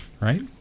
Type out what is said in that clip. right